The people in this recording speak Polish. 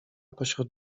pośród